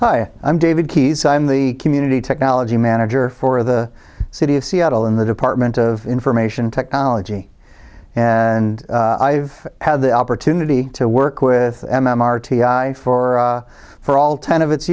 hi i'm david keyes i'm the community technology manager for the city of seattle in the department of information technology and i've had the opportunity to work with m m r t i for for all ten of its